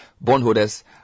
bondholders